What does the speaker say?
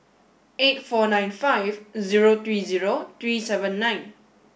eight four nine five zero three zero three seven nine